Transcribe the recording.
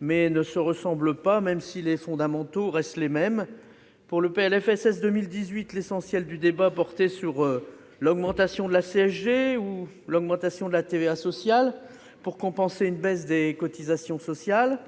mais ne se ressemblent pas, même si les fondamentaux restent les mêmes ... Pour le PLFSS 2018, l'essentiel du débat portait sur l'augmentation de la CSG ou de la TVA sociale pour compenser une baisse des cotisations sociales.